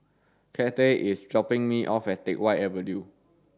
Cathey is dropping me off at Teck Whye Avenue